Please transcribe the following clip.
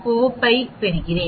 45 பெறுகிறேன்